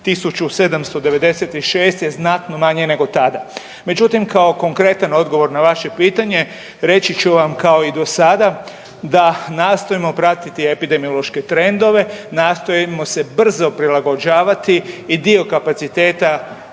1.796 je znatno manje nego tada. Međutim, kao konkretan odgovor na vaše pitanje reći ću vam kao i dosada da nastojimo pratiti epidemiološke trendove, nastojimo se brzo prilagođavati i dio kapaciteta